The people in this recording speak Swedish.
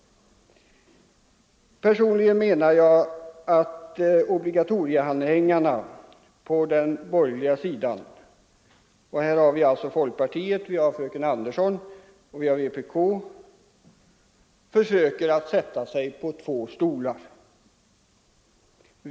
Personligen anser jag att obligatorieanhängarna — folkpartiet, fröken Andersson i centerpartiet och vpk — här försöker sätta sig på två stolar.